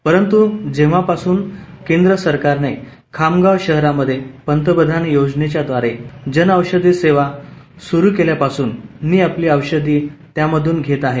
परंतु जेव्हापासून केंद्र सरकारने खामगाव शहरामध्ये पंतप्रधान योजनेच्याद्वारे जनऔषधी सेवा स्रूर केल्यापासून मी आपली औषधी त्यामधून घेत आहे